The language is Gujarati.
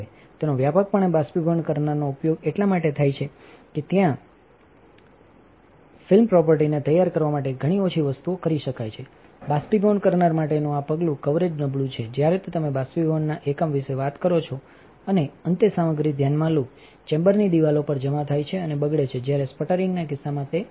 તેનો વ્યાપકપણે બાષ્પીભવન કરનારનો ઉપયોગ એટલા માટે થાય છે કે ત્યાં ફિલ્મ પ્રોપર્ટીને તૈયાર કરવા માટે ઘણી ઓછી વસ્તુઓ કરી શકાય છે બાષ્પીભવન કરનાર માટેનું આ પગલું કવરેજ નબળું છે જ્યારે તમે બાષ્પીભવનનાએકમવિશે વાત કરો છોઅને અંતે સામગ્રી ધ્યાનમાં લો ચેમ્બરની દિવાલો પર જમા થાય છે અને બગડે છે જ્યારે સ્પટરિંગના કિસ્સામાં તે નથી